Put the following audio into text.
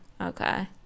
Okay